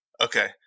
Okay